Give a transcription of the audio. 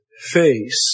face